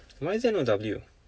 why is there no W